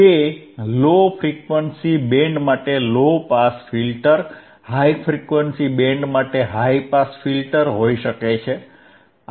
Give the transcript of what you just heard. તે low frequency band માટે low pass filter high frequency band માટે હાઇ પાસ ફિલ્ટર હોઈ શકે છે